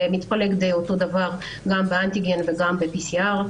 זה מתפלג די אותו דבר גם באנטיגן וגם ב-PCR.